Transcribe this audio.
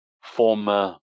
former